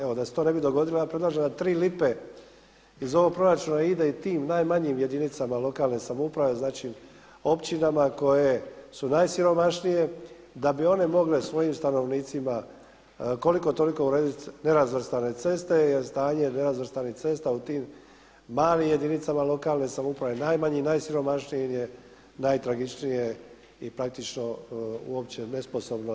Evo da se to ne bi dogodilo ja predlažem da tri lipe iz ovog proračuna ide i tim najmanjim jedinicama lokalne samouprave, općinama koje su najsiromašnije da bi one mogle svojim stanovnicima koliko toliko urediti nerazvrstane ceste jer stanje nerazvrstanih cesta u tim malim jedinicama lokalne samouprave, najmanjim, najsiromašnijim je najtragičnije i praktično uopće nesposobno za promet.